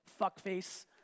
fuckface